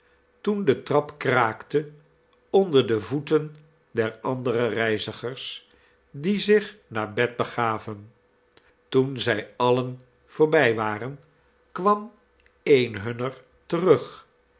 toen de trap kraakte onder de voeten der andere reizigers die zich naar bed begaven toen zij alien voorbij waren kwam een hunner terug